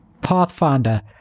Pathfinder